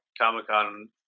Comic-Con